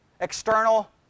External